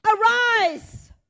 Arise